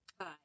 Hi